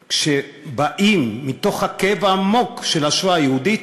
וכשבאים מתוך הכאב העמוק של השואה היהודית,